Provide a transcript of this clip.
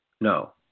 no